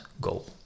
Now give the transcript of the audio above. goal